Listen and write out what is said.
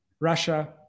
Russia